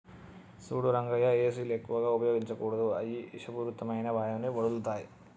సూడు రంగయ్య ఏసీలు ఎక్కువగా ఉపయోగించకూడదు అయ్యి ఇషపూరితమైన వాయువుని వదులుతాయి